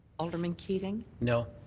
alderman keating. no.